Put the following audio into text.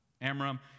Amram